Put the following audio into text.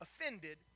offended